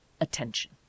attention